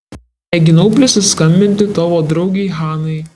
mėginau prisiskambinti tavo draugei hanai